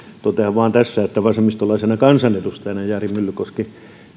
totean vain tässä että vasemmistolaisena kansanedustajana jari myllykoski